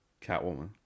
Catwoman